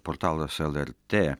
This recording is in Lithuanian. portalas lrt